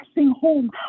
home